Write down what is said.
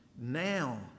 Now